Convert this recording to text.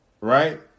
Right